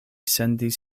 sendis